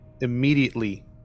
immediately